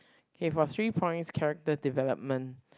K for three points character development